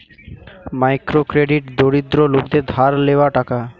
micro credit দরিদ্র লোকদের ধার লেওয়া টাকা